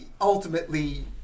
ultimately